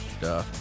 duh